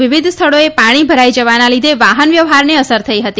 વિવિધ સ્થળોએ પાણી ભરાઇ જવાના લીધે વાહન વ્યવહારને અસર થઇ હતી